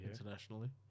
internationally